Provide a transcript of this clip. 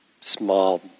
small